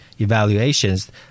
evaluations